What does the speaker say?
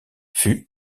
fut